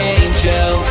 angel